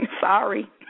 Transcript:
sorry